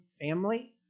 family